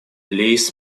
lees